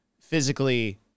physically